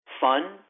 fun